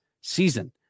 season